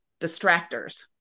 distractors